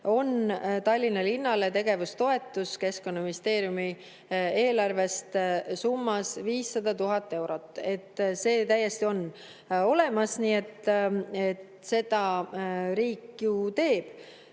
on Tallinna linnale tegevustoetus Keskkonnaministeeriumi eelarvest summas 500 000 eurot. See täiesti on olemas, seda riik teeb.